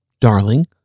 darling